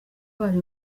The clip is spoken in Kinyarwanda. bari